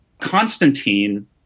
Constantine